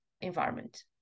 environment